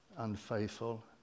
Unfaithful